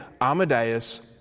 Amadeus